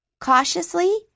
Cautiously